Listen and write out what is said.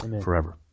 forever